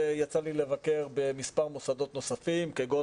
יצא לי לבקר במספר מוסדות נוספים כגון